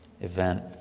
event